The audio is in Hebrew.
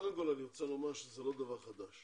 קודם כל אני רוצה לומר שזה לא דבר חדש.